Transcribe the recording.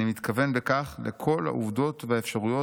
אני מתכוון בכך לכל העובדות והאפשרויות